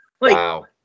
Wow